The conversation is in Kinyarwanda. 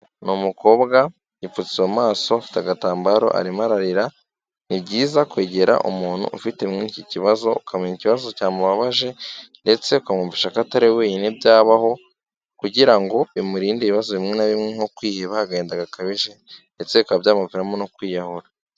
Ni umukobwa, yipfutse mu maso, afite agatambaro, arimo ararira, ni byiza kwegera umuntu ufite nk'iki kibazo, ukamenya ikibazo cyamubabaje ndetse ukamwumvisha ko atari we wenyine byabaho kugira ngo bimurinde ibibazo bimwe na bimwe nko kwiheba, agahinda gakabije ndetse bikaba byamuviramo no kwiyahura.